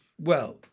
Well